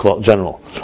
General